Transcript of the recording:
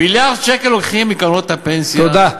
מיליארד שקל לוקחים מקרנות הפנסיה, תודה.